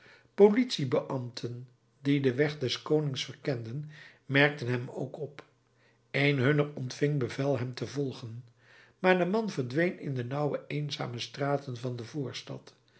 politie beambten die den weg des konings verkenden merkten hem ook op een hunner ontving bevel hem te volgen maar de man verdween in de nauwe eenzame straten van de voorstad